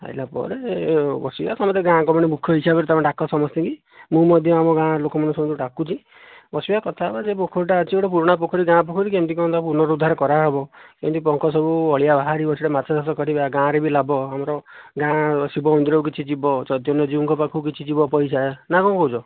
ଆଇଲା ପରେ ବସିବା ସମସ୍ତେ ଗାଁ କମିଟି ମୁଖ୍ୟ ହିସାବରେ ତମେ ଡାକ ସମସ୍ତଙ୍କି ମୁଁ ମଧ୍ୟ ଆମ ଗାଁ ର ଲୋକ ମାନଙ୍କୁ ସମସ୍ତଙ୍କୁ ଡାକୁଛି ବସିବା କଥା ହେବା ସେ ପୋଖରୀଟା ଅଛି ଗୋଟେ ପୁରୁଣା ପୋଖରୀ ଗାଁ ପୋଖରୀ କେମିତି କ'ଣ ତାକୁ ପୁନରୁଦ୍ଧାର କରା ହେବ କେମିତି ପଙ୍କ ସବୁ ଅଳିଆ ବାହାରିବ ସେହିଠି ମାଛ ଚାଷ କରିବା ଗାଁରେ ବି ଲାଭ ଆମର ଗାଁ ଶିବ ମନ୍ଦିରକୁ କିଛି ଯିବ ଚୈତନ୍ୟ ଜୀଉଙ୍କ ପାଖକୁ କିଛି ଯିବ ପଇସା ନା କ'ଣ କହୁଛ